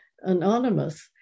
anonymous